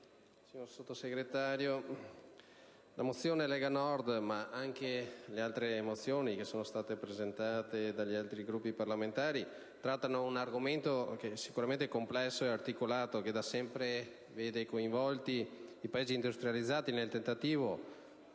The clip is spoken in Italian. signor Sottosegretario, la mozione della Lega Nord (come le mozioni presentate dagli altri Gruppi parlamentari) tratta un argomento sicuramente complesso ed articolato, che da sempre vede coinvolti i Paesi industrializzati nel tentativo,